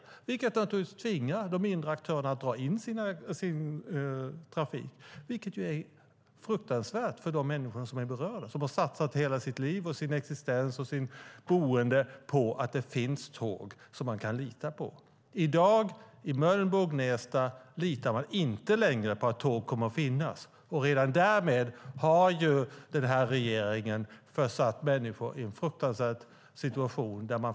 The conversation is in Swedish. Det tvingar naturligtvis de mindre aktörerna att dra in sin trafik, vilket är fruktansvärt för de människor som är berörda. De har satsat hela sitt liv, sin existens och sitt boende på att det finns tåg som man kan lita på. I dag litar man inte längre i Mölnbo och Gnesta på att tåg kommer att finnas. Redan därmed har regeringen försatt människor i en fruktansvärd situation.